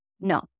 No